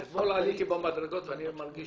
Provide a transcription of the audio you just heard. פרטנית --- אתמול עליתי במדרגות ואני מרגיש